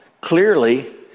clearly